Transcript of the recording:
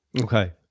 okay